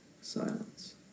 silence